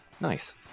Nice